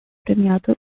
premiato